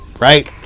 right